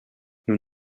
nous